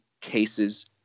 cases